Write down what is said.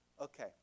Okay